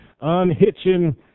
unhitching